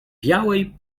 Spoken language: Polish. białej